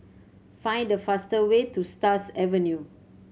find the fast way to Stars Avenue